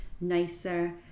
nicer